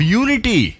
unity।